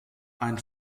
ein